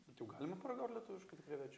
bet jau galima paragaut lietuviškų d krevečių